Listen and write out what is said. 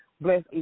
bless